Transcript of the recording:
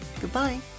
Goodbye